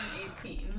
2018